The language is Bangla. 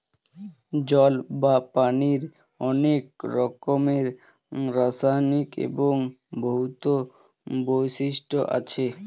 জল বা পানির অনেক রকমের রাসায়নিক এবং ভৌত বৈশিষ্ট্য আছে